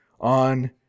on